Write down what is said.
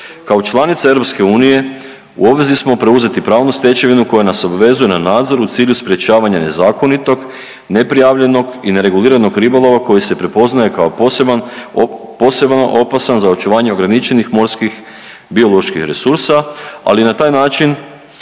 Kao članica EU u obvezi smo preuzeti pravnu stečevinu koja nas obvezuje na nadzor u cilju sprječavanja nezakonitog, neprijavljenog i nereguliranog ribolova koji se prepoznaje kao poseban, poseban opasan za očuvanje ograničenih morskih bioloških resursa, ali na taj način